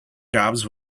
jobs